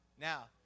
Now